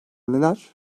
neler